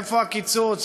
איפה הקיצוץ?